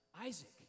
Isaac